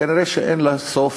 כנראה אין לה סוף.